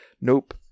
Nope